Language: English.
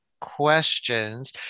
questions